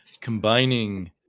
combining